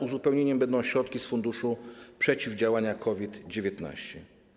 Uzupełnieniem będą środki z Funduszu Przeciwdziałania COVID-19.